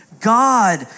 God